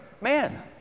man